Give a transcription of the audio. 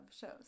shows